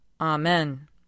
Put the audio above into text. Amen